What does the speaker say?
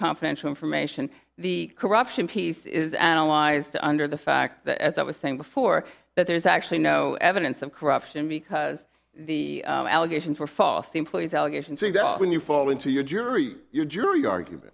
confidential information the corruption piece is analyzed under the fact that as i was saying before that there's actually no evidence of corruption because the allegations were false employees allegations that when you fall into your jury your jury argument